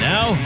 Now